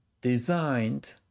designed